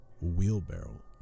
wheelbarrow